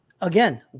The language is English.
Again